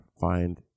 find